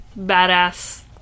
badass